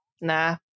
Nah